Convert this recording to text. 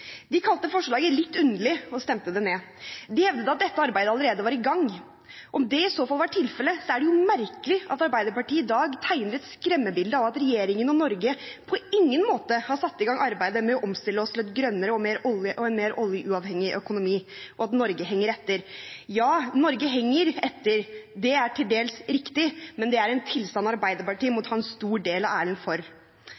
De kalte forslaget «litt underlig», og stemte det ned. De hevdet at dette arbeidet allerede var i gang. Om det var tilfellet, er det merkelig at Arbeiderpartiet i dag tegner et skremmebilde av at regjeringen og Norge på ingen måte har satt i gang arbeidet med å omstille oss til en grønnere og mer oljeuavhengig økonomi, og at Norge henger etter. Ja, Norge henger etter. Det er til dels riktig, men det er en tilstand Arbeiderpartiet må ta en stor del av æren for.